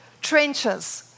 trenches